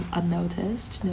unnoticed